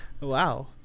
Wow